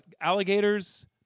alligators